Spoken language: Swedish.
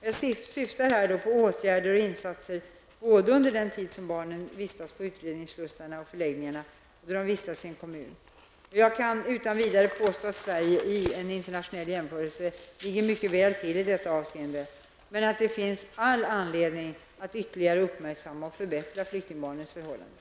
Jag syftar här på åtgärder och insatser både under den tid barnen vistas på utredningsslussar och - förläggningar och då de vistas i en kommun. Jag kan utan vidare påstå att Sverige i en internationell jämförelse ligger mycket väl till i detta avseende men att det finns all anledning att ytterligare uppmärksamma och förbättra flyktingbarnens förhållanden.